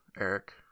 Eric